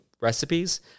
recipes